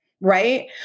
right